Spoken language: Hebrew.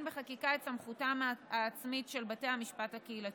בחקיקה את סמכותם העצמית של בתי המשפט הקהילתיים.